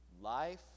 Life